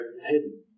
hidden